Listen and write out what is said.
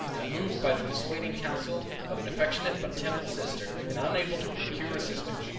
unmoved by the dissuading counsel of an affectionate but timid sister, and unable to procure assistance,